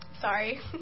sorry